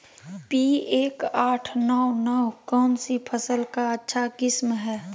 P एक आठ नौ नौ कौन सी फसल का अच्छा किस्म हैं?